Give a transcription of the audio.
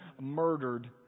murdered